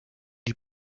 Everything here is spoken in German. die